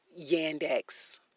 Yandex